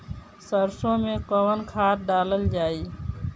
सरसो मैं कवन खाद डालल जाई?